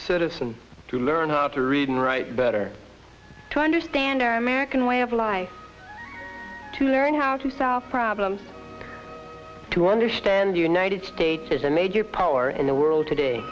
citizen to learn how to read and write better to understand our american way of life to their own how to south problem to understand the united states is a major power in the world today